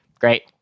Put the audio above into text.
Great